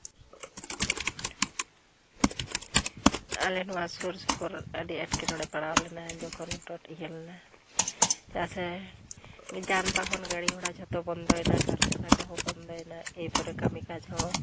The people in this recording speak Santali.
ᱟᱞᱮ ᱱᱚᱣᱟ ᱥᱩᱨᱥᱩᱯᱩᱨ ᱟᱹᱰᱤ ᱮᱴᱠᱮᱴᱚᱬᱮ ᱯᱟᱲᱟᱣ ᱞᱮᱱᱟ ᱡᱚᱠᱷᱚᱱ ᱤᱭᱟᱹᱞᱮᱱᱟ ᱪᱮᱫᱟᱜ ᱥᱮ ᱡᱟᱱᱵᱟᱦᱚᱱ ᱜᱟᱲᱤᱼᱜᱷᱟᱲᱟ ᱡᱷᱚᱛᱚ ᱵᱚᱱᱫᱚᱭᱮᱱᱟ ᱠᱟᱨᱠᱷᱟᱱᱟ ᱠᱚᱦᱚᱸ ᱵᱚᱱᱫᱚᱭᱮᱱᱟ ᱮᱵᱟᱨᱮ ᱠᱟᱹᱢᱤ ᱠᱟᱡᱽ ᱦᱚᱸ